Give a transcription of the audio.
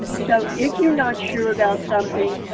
so if you're not sure about something,